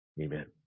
Amen